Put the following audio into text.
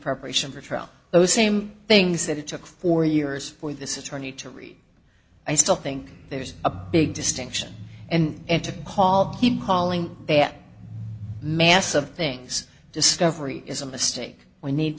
preparation for a trial those same things that it took four years for this attorney to read i still think there's a big distinction and to call he calling that massive things discovery is a mistake we need